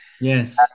Yes